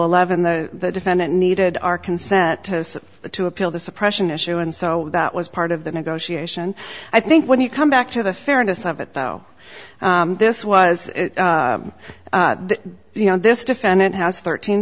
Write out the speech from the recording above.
eleven the defendant needed our consent to the to appeal the suppression issue and so that was part of the negotiation i think when you come back to the fairness of it though this was you know this defendant has thirteen